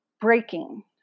breaking